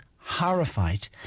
horrified